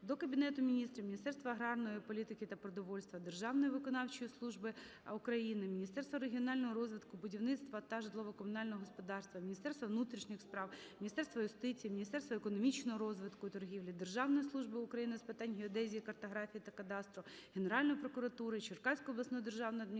до Кабінету Міністрів, Міністерства аграрної політики та продовольства, Державної виконавчої служби України, Міністерства регіонального розвитку, будівництва та житлово-комунального господарства, Міністерства внутрішніх справ, Міністерства юстиції, Міністерства економічного розвитку і торгівлі, Державної служби України з питань геодезії, картографії та кадастру, Генеральної прокуратури, Черкаської обласної державної адміністрації